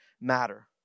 matter